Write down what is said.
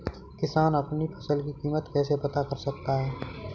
किसान अपनी फसल की कीमत कैसे पता कर सकते हैं?